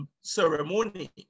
ceremony